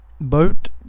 boat